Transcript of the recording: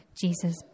Jesus